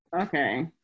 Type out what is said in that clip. Okay